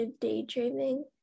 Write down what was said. daydreaming